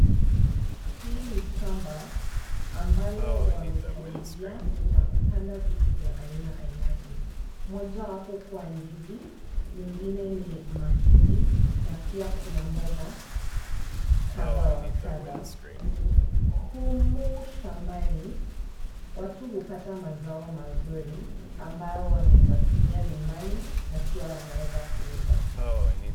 Hili ni shamba ambalo wamepalilila na kupanda vitu vya aina ainati, mojawapo kuwa ndizi, nyingine ni mahindi na pia kuna mboga kadha wa kadha. Humu shambani watu hupata mazao mazuri ambayo wanaweza tumia nyumbani na pia wanaweza kuuza.